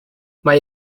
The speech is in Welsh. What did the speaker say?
mae